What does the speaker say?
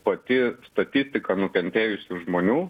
pati statistika nukentėjusių žmonių